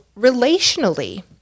relationally